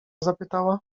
zapytała